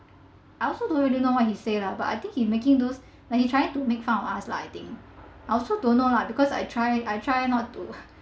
I also don't really know what he said lah but I think he making those like he was trying to make fun of us lah I think I also don't know lah because I tried I tried not to